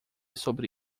sobre